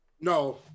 No